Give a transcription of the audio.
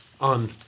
on